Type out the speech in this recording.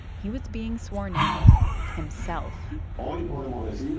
he was being sworn in himself i'm